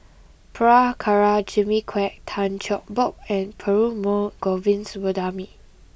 Prabhakara Jimmy Quek Tan Cheng Bock and Perumal Govindaswamy